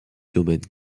domaine